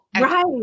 Right